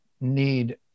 need